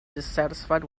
dissatisfied